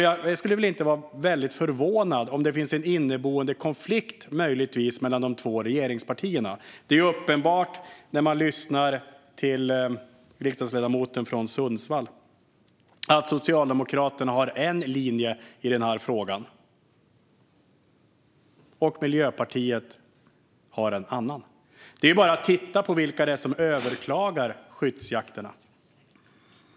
Jag skulle väl inte bli så väldigt förvånad om det möjligtvis visade sig finnas en inneboende konflikt mellan de två regeringspartierna. När man lyssnar till riksdagsledamoten från Sundsvall är det uppenbart att Socialdemokraterna har en linje i den här frågan och Miljöpartiet en annan. Det är bara att titta på vilka det är som överklagar skyddsjakterna.